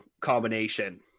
combination